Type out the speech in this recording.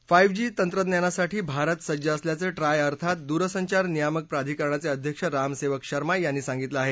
five G तंत्रज्ञानासाठी भारत सज्ज असल्याचं ट्राय अर्थात दूरसंचार नियामक प्राधिकरणाचे अध्यक्ष राम सेवक शर्मा यांनी सांगितलं आहे